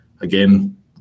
again